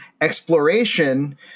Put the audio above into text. exploration